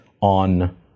on